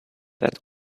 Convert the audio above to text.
that